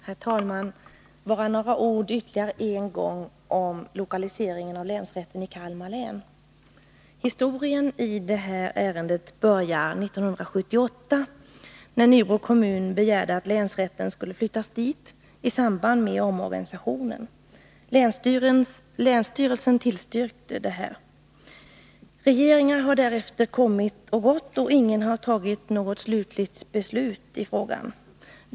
Herr talman! Bara några ord ytterligare en gång om lokaliseringen av länsrätten i Kalmar län. Historien i detta ärende börjar 1978, när Nybro kommun begärde att länsrätten skulle flyttas dit i samband med omorganisationen. Länsstyrelsen tillstyrkte denna begäran. Regeringar har därefter kommit och gått, och ingen har fattat något slutligt beslut i frågan.